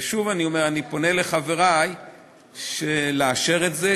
ושוב אני אומר: אני פונה לחברי לאשר את זה.